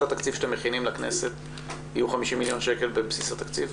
התקציב שאתם מכינים לכנסת יהיו 50 מיליון שקל בבסיס התקציב?